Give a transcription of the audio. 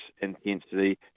intensity